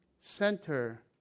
center